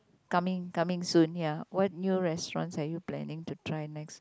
coming coming soon ya what new restaurant are you planning to try next